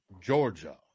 Georgia